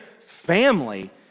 family